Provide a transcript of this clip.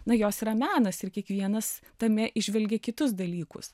na jos yra menas ir kiekvienas tame įžvelgia kitus dalykus